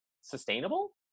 sustainable